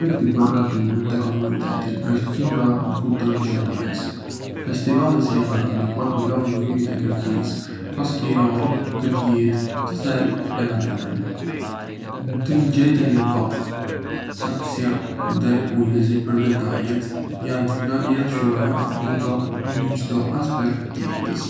Respekti për natyrën dhe komunitetin është qendror në kulturën japoneze. Festivale si Hanami, ku admirohen lulet e qershisë, pasqyrojnë këtë lidhje të thellë me natyrën. Në të njëjtën kohë, saktësia dhe kujdesi për detajet janë të vlerësuara në çdo aspekt të jetës.